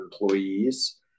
employees